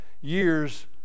years